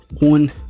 one